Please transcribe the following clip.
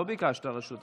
לא ביקשת רשות.